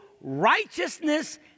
righteousness